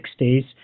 60s